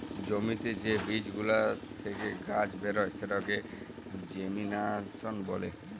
জ্যমিতে যে বীজ গুলা থেক্যে গাছ বেরয় সেটাকে জেমিনাসল ব্যলে